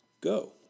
Go